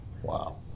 Wow